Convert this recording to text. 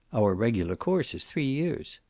our regular course is three years.